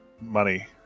money